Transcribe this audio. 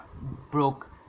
broke